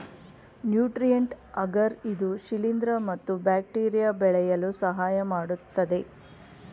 nutrient agar ಇದು ಶಿಲಿಂದ್ರ ಮತ್ತು ಬ್ಯಾಕ್ಟೀರಿಯಾ ಬೆಳೆಯಲು ಸಹಾಯಮಾಡತ್ತದೆ